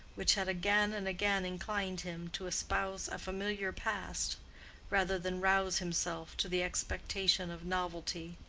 which had again and again inclined him to espouse a familiar past rather than rouse himself to the expectation of novelty.